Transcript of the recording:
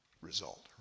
result